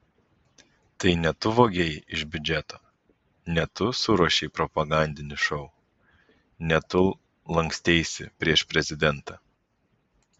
tai ne tu vogei iš biudžeto ne tu suruošei propagandinį šou ne tu lanksteisi prieš prezidentą